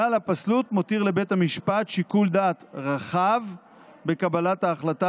כלל הפסלות מותיר לבית המשפט שיקול דעת רחב בקבלת ההחלטה